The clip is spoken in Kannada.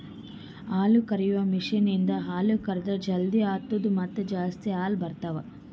ಹಾಲುಕರೆಯುವ ಮಷೀನ್ ಇಂದ ಹಾಲು ಕರೆದ್ ಜಲ್ದಿ ಆತ್ತುದ ಮತ್ತ ಜಾಸ್ತಿ ಹಾಲು ಬರ್ತಾವ